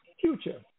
future